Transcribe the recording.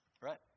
Right